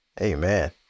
amen